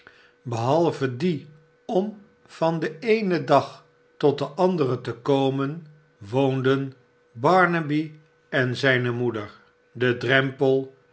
behalve die om van den eenen dag tot den anderen te komen woonden barnaby en zijne moeder de drempel